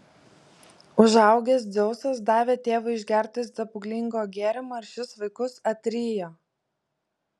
užaugęs dzeusas davė tėvui išgerti stebuklingo gėrimo ir šis vaikus atrijo